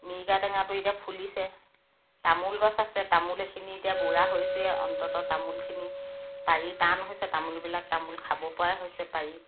মিৰিকা টেঙাটো এতিয়া ফুলিছে তামোল গছ আছে তামোল এইখিনি এতিয়া বুঢ়া হৈছেই অন্ততঃ তামোলখিনি পাৰি টান হৈছে তামোলবিলাক তামোল খাব পৰাই হৈছে পাৰি